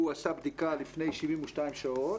הוא עשה בדיקה לפני 72 שעות,